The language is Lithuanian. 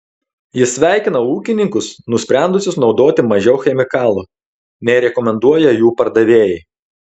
jis sveikina ūkininkus nusprendusius naudoti mažiau chemikalų nei rekomenduoja jų pardavėjai